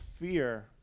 fear